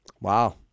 Wow